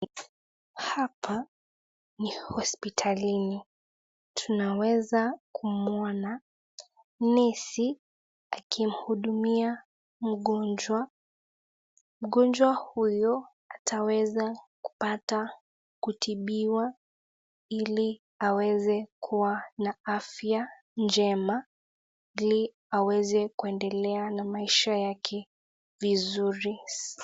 Hapa ni hospitalini. Tunaweza kumwona nesi akimhudumia mgonjwa. Mgonjwa huyo ataweza kupata kutibiwa ili aweze kuwa na afya njema ili aweze kuendelea na maisha yake vizuri.